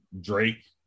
Drake